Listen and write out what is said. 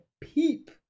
peep